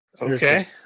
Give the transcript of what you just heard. Okay